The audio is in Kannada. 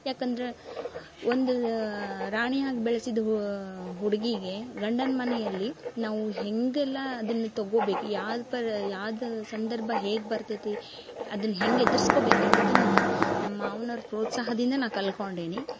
ಯಾಕಂದ್ರ ಒಂದ ರಾಣಿಯಾಗಿ ಬೆಳಸಿದ ಹುಡುಗಿಗೆ ಗಂಡನ ಮನೆಯಲ್ಲಿ ನಾವು ಹೇಗೆಲ್ಲಾ ಅದನ್ನ ತುಗೋಬೇಕು ಯಾವ ಪರ ಯಾದ ಸಂದರ್ಭ ಹೇಗ ಬರ್ತೈತಿ ಅದನ್ ಹೆಂಗ ಎದರ್ಸ್ಕೊಬೇಕು ಅನ್ನುದುನ್ನ ನಮ್ಮ ಮಾವನೋರು ಪ್ರೋತ್ಸಾಹದಿಂದ ನಾ ಕಲ್ಕೊಂಡೇನಿ